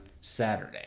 Saturday